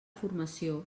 formació